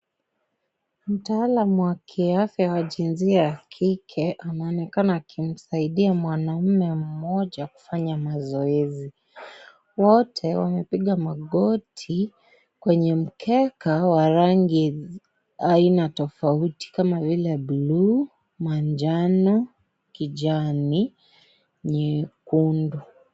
Mtaalamu wa kiafya wa jinsia ya kike, anaonekana akimsaidia mwanaume mmoja kufanya mazoezi. Wote, wamepiga magoti kwenye mkeka wa rangi aina tofauti kama vile, buluu, manjano, kijani, nyekundu.